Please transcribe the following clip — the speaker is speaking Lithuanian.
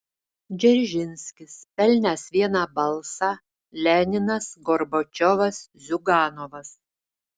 dzeržinskis pelnęs vieną balsą leninas gorbačiovas ziuganovas